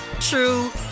true